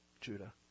Judah